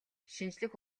шинжлэх